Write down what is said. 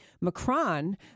Macron